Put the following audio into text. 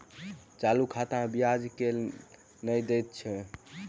चालू खाता मे ब्याज केल नहि दैत अछि